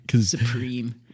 supreme